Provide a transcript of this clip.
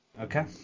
Okay